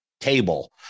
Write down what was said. table